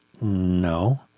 No